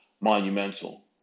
monumental